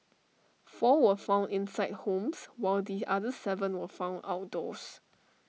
four were found inside homes while the other Seven were found outdoors